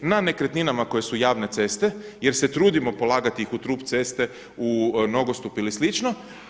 Na nekretninama koje su javne ceste jer se trudimo polagati ih u trup ceste, u nogostup ili slično.